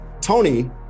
Tony